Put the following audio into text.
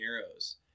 arrows